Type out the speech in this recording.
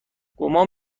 گمان